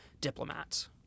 diplomats